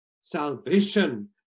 salvation